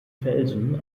felsen